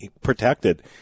protected